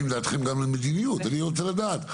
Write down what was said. אני רוצה לדעת.